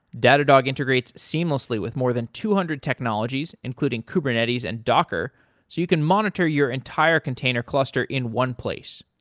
datadog integrates seamlessly with more than two hundred technologies, including kubernetes and docker so you can monitor your entire container cluster in one place.